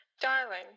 Darling